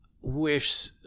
wish